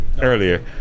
earlier